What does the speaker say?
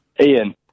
Ian